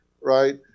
right